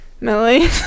Millie